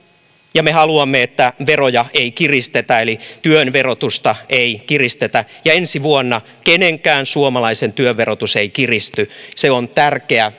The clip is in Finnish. ja me haluamme että veroja ei kiristetä eli työn verotusta ei kiristetä ja ensi vuonna kenenkään suomalaisen työn verotus ei kiristy se on tärkeä